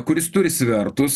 kuris turi svertus